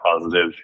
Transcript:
positive